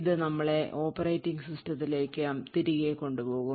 ഇത് നമ്മളെ ഓപ്പറേറ്റിംഗ് സിസ്റ്റത്തിലേക്ക് തിരികെ കൊണ്ടുപോകും